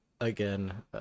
again